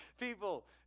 people